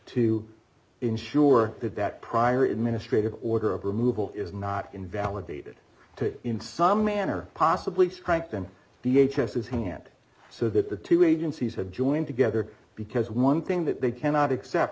to ensure that that prior administrate of order of removal is not invalidated to in some manner possibly strengthen the h s his hand so that the two agencies have joined together because one thing that they cannot accept